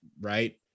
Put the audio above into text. right